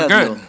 good